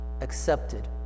accepted